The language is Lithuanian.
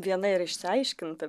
viena ir išsiaiškinta